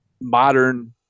modern